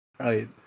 Right